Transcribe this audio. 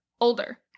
older